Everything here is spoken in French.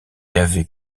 avait